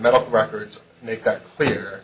medical records make that clear